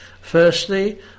firstly